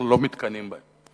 אנחנו לא מתקנאים בהם.